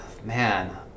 Man